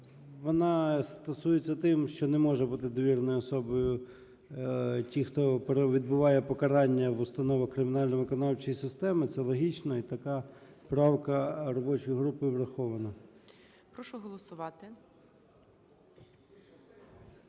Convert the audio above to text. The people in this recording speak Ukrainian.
Вона стосується того, що не можуть бути довіреною особою ті, хто відбуває покарання в установах кримінально-виконавчої системи. Це логічно, і така правка робочою групою врахована.